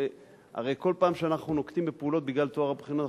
הרי כל פעם שאנחנו נוקטים פעולות בגלל טוהר הבחינות,